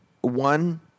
one